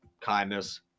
kindness